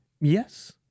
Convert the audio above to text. Yes